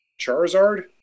Charizard